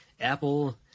Apple